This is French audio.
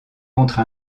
contre